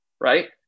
right